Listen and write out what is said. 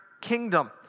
kingdom